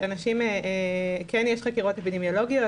כן יש חקירות אפידמיולוגיות,